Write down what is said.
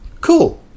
cool